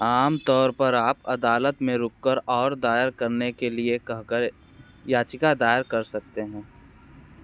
आम तौर पर आप अदालत में रुककर और दायर करने के लिए कहकर याचिका दायर कर सकते हैं